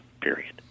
period